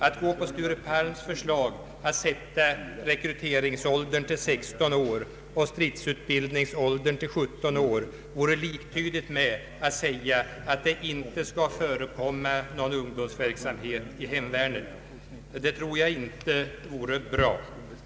Att i enlighet med herr Sture Palms förslag sätta rekryteringsåldern till 16 år och stridsutbildningsåldern till 17 år vore liktydigt med att fastställa, att det inte skall förekomma någon ungdomsverksamhet i hemvärnet. Jag tror inte att detta vore bra.